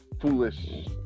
foolish